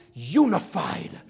unified